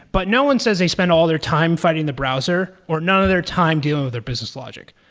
but no one says they spend all their time fighting the browser or none of their time dealing with their business logic.